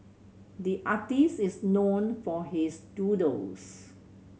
the artist is known for his doodles